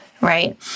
right